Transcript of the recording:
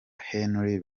henry